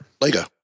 Lego